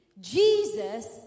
Jesus